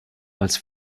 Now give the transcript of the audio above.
als